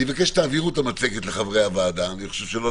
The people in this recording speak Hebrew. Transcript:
אני מבקש שתעבירו את המצגת לחברי הוועדה, אם